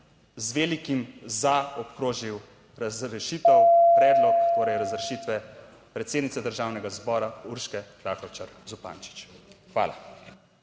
z velikim za obkrožil razrešitev, predlog torej razrešitve predsednice Državnega zbora, Urške Klakočar Zupančič. Hvala.